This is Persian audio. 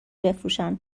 بفروشن